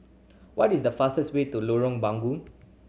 what is the fastest way to Lorong Bungu